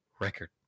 record